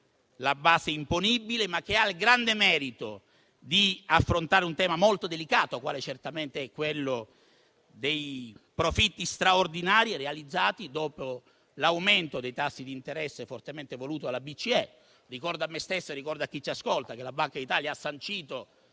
la base imponibile, ma che ha il grande merito di affrontare un tema molto delicato, quale certamente è quello dei profitti straordinari realizzati dopo l'aumento dei tassi di interesse, fortemente voluto dalla Banca centrale europea. Ricordo a me stesso e a chi ci ascolta che la Banca d'Italia ha sancito